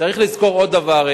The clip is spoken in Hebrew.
צריך לזכור עוד דבר,